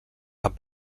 amb